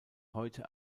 heute